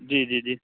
جی جی جی